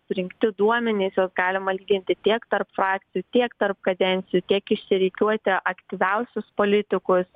surinkti duomenys juos galima lyginti tiek tarp frakcijų tiek tarp kadencijų tiek išsirikiuoti aktyviausius politikus